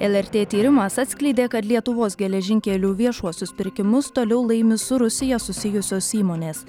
lrt tyrimas atskleidė kad lietuvos geležinkelių viešuosius pirkimus toliau laimi su rusija susijusios įmonės